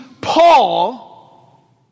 Paul